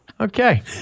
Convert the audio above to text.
Okay